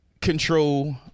control